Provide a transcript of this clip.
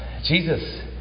Jesus